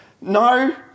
No